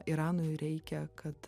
iranui reikia kad